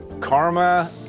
Karma